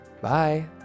Bye